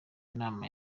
inama